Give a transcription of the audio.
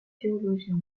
théologien